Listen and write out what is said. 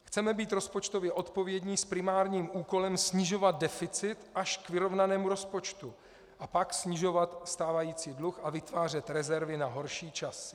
Chceme být rozpočtově odpovědní s primárním úkolem snižovat deficit až k vyrovnanému rozpočtu a pak snižovat stávající dluh a vytvářet rezervy na horší časy.